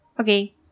Okay